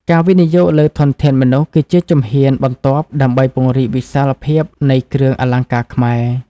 ការវិនិយោគលើធនធានមនុស្ស គឺជាជំហានបន្ទាប់ដើម្បីពង្រីកវិសាលភាពនៃគ្រឿងអលង្ការខ្មែរ។